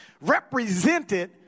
represented